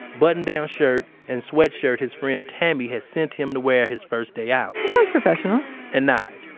button-down shirt, and sweatshirt his friend tammy had sent him to wear his first day out that sounds professional and nige,